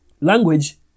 language